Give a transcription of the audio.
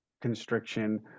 constriction